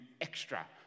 extra